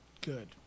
good